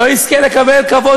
לא יזכה לקבל כבוד,